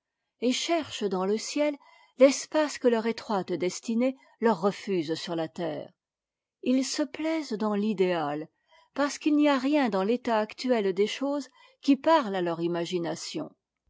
et cherchent dans le ciel l'espace que leur étroite destinée leur refuse sur la terre ils se plaisent dans l'idéal parce qu'il n'y a rien dans l'état actuel des choses qui parle à leur imagination